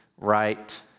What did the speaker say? right